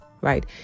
Right